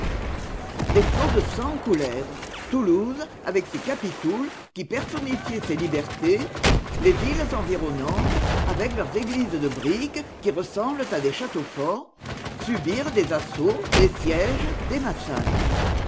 des ilots de sang coulèrent toulouse avec ses capitouls qui personnifiaient ses libertés les villes environnantes avec leurs églises de briques qui ressemblent à des châteaux forts subirent des assauts des sièges des massacres